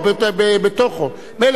מילא,